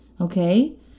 Okay